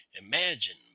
Imagine